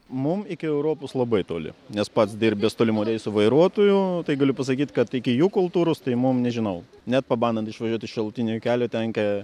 mum iki europos labai toli nes pats dirbęs tolimų reisų vairuotoju tai galiu pasakyt kad iki jų kultūros tai mum nežinau net pabandant išvažiuot iš šalutinio kelio tenka